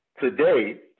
today